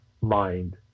mind